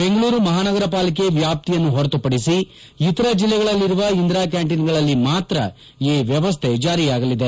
ಬೆಂಗಳೂರು ಮಹಾನಗರ ಪಾಲಿಕೆ ವ್ಯಾಪ್ತಿಯನ್ನು ಹೊರತುಪಡಿಸಿ ಇತರ ಜಿಲ್ಲೆಗಳಲ್ಲಿರುವ ಇಂದಿರಾ ಕ್ಕಾಂಟೀನ್ಗಳಲ್ಲಿ ಮಾತ್ರ ಈ ವ್ಯವಸ್ಥೆ ಜಾರಿಯಾಗಲಿದೆ